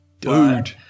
Dude